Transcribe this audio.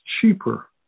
cheaper